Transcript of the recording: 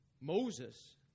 Moses